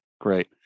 Great